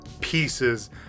pieces